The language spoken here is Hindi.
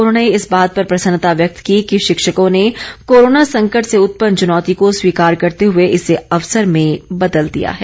उन्होंने इस बात पर प्रसन्नता व्यक्त की कि शिक्षकों ने कोरोना संकट से उत्पन्न चुनौती को स्वीकार करते हुए इसे अवसर में बदल दिया है